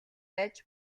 байж